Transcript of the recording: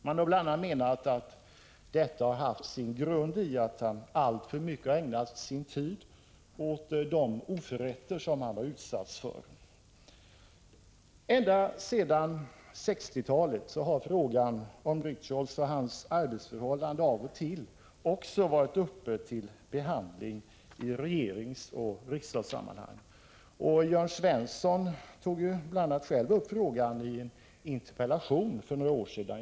Man har bl.a. anfört att detta har haft sin grund i att han alltför mycket har ägnat sin tid åt de oförrätter som han har utsatts för. Ända sedan 1960-talet har frågan om Richholtz och hans arbetsförhållanden av och till också varit uppe till behandling i regeringsoch riksdagssammanhang. Jörn Svensson tog bl.a. själv upp frågan om Richholtz i en interpellation för några år sedan.